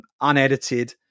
unedited